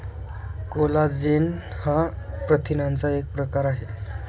collagen हा प्रथिनांचा एक प्रकार आहे